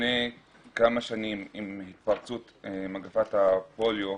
לפני כמה שנים, עם התפרצות מגפת הפוליו.